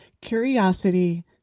Curiosity